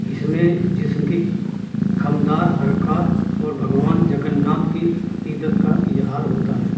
اس میں جسم کی خمدار حرکات اور بھگوان جگن ناتھ کی عقیدت کا اظہار ہوتا ہے